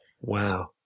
Wow